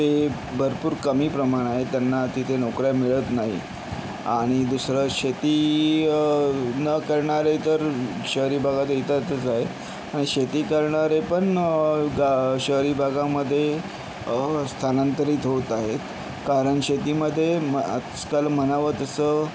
ते भरपूर कमी प्रमाण आहे त्यांना तिथे नोकऱ्या मिळत नाही आणि दुसरं शेती न करणारे तर शहरी भागात येतातच आहे अन् शेती करणारे पण गा शहरी भागांमध्ये स्थानांतरित होत आहेत कारण शेतीमध्ये म् आजकाल म्हणावं तसं